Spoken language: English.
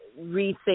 rethink